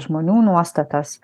žmonių nuostatas